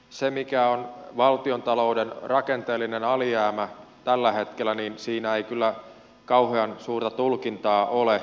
siinä mikä on valtiontalouden rakenteellinen alijäämä tällä hetkellä ei kyllä kauhean suurta tulkintaa ole